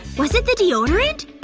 was it the deodorant?